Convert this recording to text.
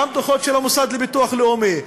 גם דוחות של המוסד לביטוח לאומי,